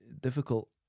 difficult